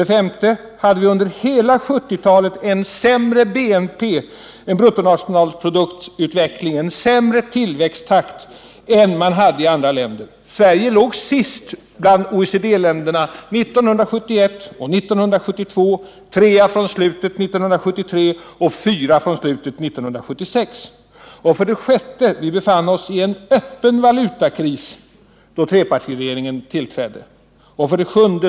Vi hade under hela 1970-talet en sämre bruttonationalproduktutveckling, en sämre tillväxttakt än man hade i andra länder. Sverige låg sist bland 6. Vi befann oss i en öppen valutakris då trepartiregeringen tillträdde. 7.